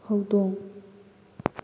ꯍꯧꯗꯣꯡ